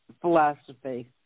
philosophy